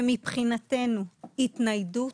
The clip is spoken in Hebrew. מבחינתנו התניידות,